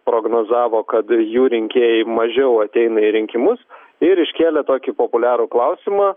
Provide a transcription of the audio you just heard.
prognozavo kad jų rinkėjai mažiau ateina į rinkimus ir iškėlė tokį populiarų klausimą